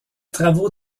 travaux